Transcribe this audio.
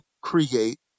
create